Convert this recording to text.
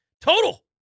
Total